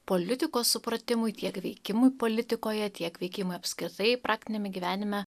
politikos supratimui tiek veikimui politikoje tiek veikimui apskritai praktiniame gyvenime